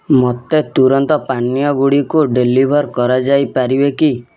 ମୋତେ ତୁରନ୍ତ ପାନୀୟ ଗୁଡ଼ିକୁ ଡେଲିଭର୍ କରାଯାଇପାରିବେ କି